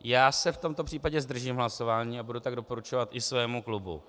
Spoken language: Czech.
Já se v tomto případě zdržím hlasování a budu to doporučovat i svému klubu.